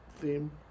theme